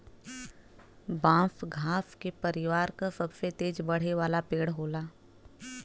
बांस घास के परिवार क सबसे तेज बढ़े वाला पेड़ होला